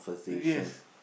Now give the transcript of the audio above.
yes